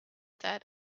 that